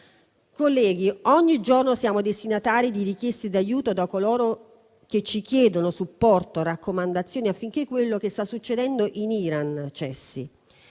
Colleghi, ogni giorno siamo destinatari di richieste di aiuto da coloro che ci chiedono supporto e raccomandazioni affinché quello che sta succedendo in Iran cessi.